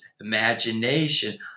imagination